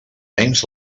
anys